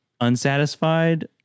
unsatisfied